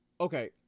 Okay